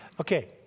Okay